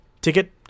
ticket